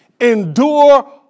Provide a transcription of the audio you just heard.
endure